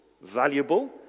valuable